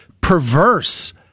perverse